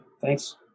thanks